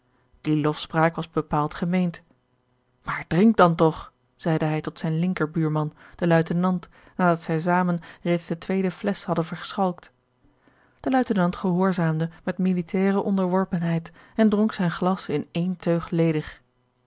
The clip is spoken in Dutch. die lofspraak was bepaald gemeend maar drink dan toch zeide hij tot zijn linker buurman den luitenant nadat zij zamen reeds de tweede flesch hadden verschalkt de luitenant gehoorzaamde met militaire onderworpenheid en dronk zijn glas in één teug ledig